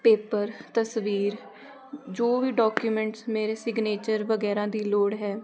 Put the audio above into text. paper ਤਸਵੀਰ ਜੋ ਵੀ ਡਾਕੂਮੈਂਟਸ ਮੇਰੇ ਸਿਗਨੇਚਰ ਵਗੈਰਾ ਦੀ ਲੋੜ ਹੈ